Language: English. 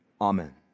Amen